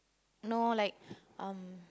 no like um